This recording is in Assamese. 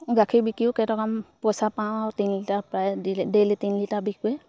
গাখীৰ বিকিও কেইটকা পইচা পাওঁ আৰু তিনি লিটাৰ প্ৰায় ডিলি ডেইলি তিনি লিটাৰ বিকোৱে